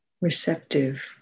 receptive